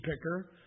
picker